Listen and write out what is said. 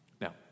Now